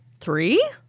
three